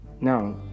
now